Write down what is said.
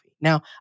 Now